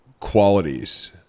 qualities